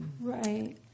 Right